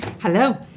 Hello